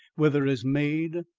whether as maid,